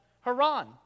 Haran